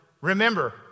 Remember